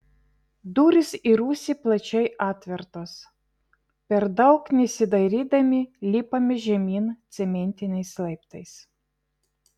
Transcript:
durys į rūsį plačiai atvertos per daug nesidairydami lipame žemyn cementiniais laiptais